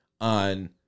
on